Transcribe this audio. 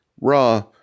raw